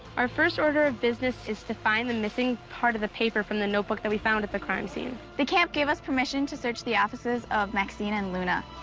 our first order of business is to find the missing part of the paper from the notebook that we found at the crime scene. the camp gave us permission to search the offices of maxine and luna.